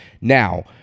Now